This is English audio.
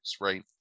right